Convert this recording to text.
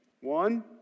One